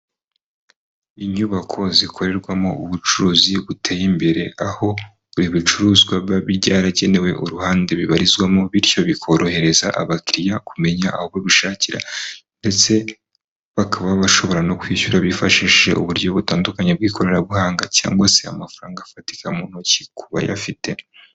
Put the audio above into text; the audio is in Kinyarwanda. Inyubako zikorerwamo ubucuruzi buteye imbere, aho buri bicuruzwa biba byaragenewe uruhande bibarizwamo bityo bikorohereza abakiriya kumenya aho ubishakira, ndetse bakaba bashobora no kwishyura bifashishije uburyo butandukanye bw'ikoranabuhanga cyangwa se amafaranga afatika mu ntoki ku bayafite.